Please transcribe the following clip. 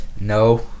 No